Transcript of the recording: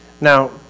Now